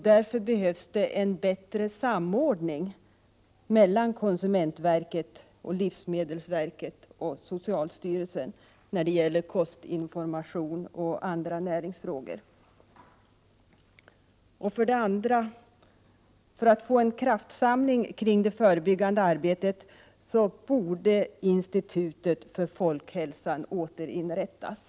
Därför behövs en bättre samordning mellan konsumentverket, livsmedelsverket och socialstyrelsen när det gäller kostinformation och andra näringsfrågor. För det andra: För att få en kraftsamling kring det förebyggande arbetet borde institutet för folkhälsa återinrättas.